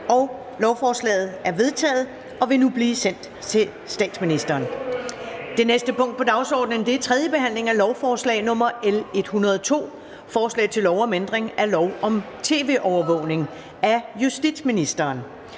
0. Lovforslaget er vedtaget og vil nu blive sendt til statsministeren. --- Det næste punkt på dagsordenen er: 4) 3. behandling af lovforslag nr. L 103: Forslag til lov om ændring af retsplejeloven. (Politiets